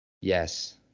Yes